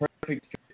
perfect